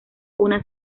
una